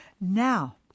Now